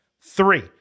Three